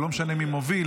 זה לא משנה מי מוביל.